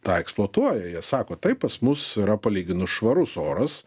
tą eksploatuoja jie sako taip pas mus yra palyginus švarus oras